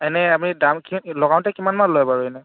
এনেই আমি দাম লগাওঁতে কিমানমান লয় বাৰু এনেই